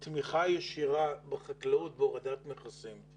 של העיסוק של ועדת החוץ והביטחון.